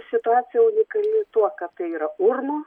situacija unikali tuo kad tai yra urmu